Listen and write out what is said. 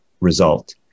result